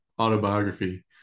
autobiography